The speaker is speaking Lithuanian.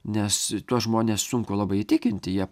nes tuos žmones sunku labai įtikinti jie